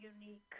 unique